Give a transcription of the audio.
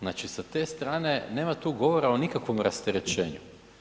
Znači sa te strane nema tu govora o nikakvom rasterećenju.